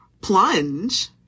plunge